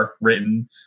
written